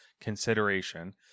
consideration